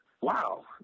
wow